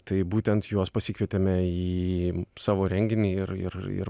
tai būtent juos pasikvietėme į savo renginį ir ir ir